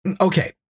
Okay